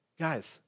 guys